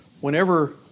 Whenever